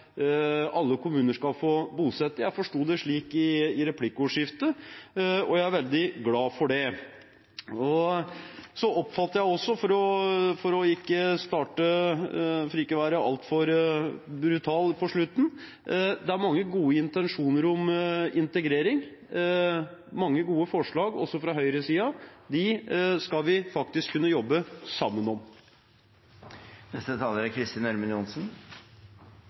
alle kommuner skal få bosette. Jeg forsto det slik i replikkordskiftet, og jeg er veldig glad for det. Så oppfatter jeg også, for ikke å være altfor brutal på slutten: Det er mange gode intensjoner om integrering, mange gode forslag også fra høyresiden. Dem skal vi faktisk kunne jobbe sammen